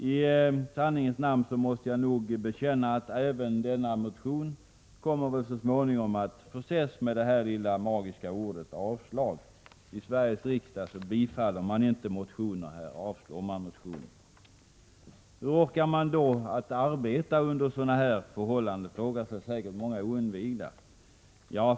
I sanningens namn måste jag nog bekänna att även denna motion efter behandling i riksdagen kommer att förses med kommentaren: Avslag. I Sveriges riksdag bifaller man inte motioner, här avslår man motioner. Hur orkar någon arbeta under sådana förhållanden, frågar sig säkert många oinvigda.